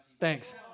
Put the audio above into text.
Thanks